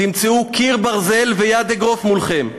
תמצאו קיר ברזל ויד אגרוף מולכם.